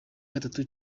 gatatu